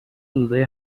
حدودای